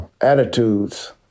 attitudes